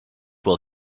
will